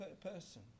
person